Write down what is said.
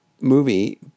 movie